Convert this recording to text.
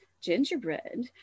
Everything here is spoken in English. gingerbread